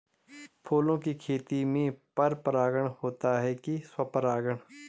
फूलों की खेती में पर परागण होता है कि स्वपरागण?